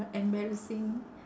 embarrassing